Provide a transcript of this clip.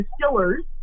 distillers